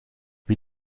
wie